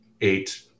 eight